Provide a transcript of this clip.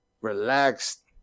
relaxed